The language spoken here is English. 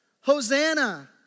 Hosanna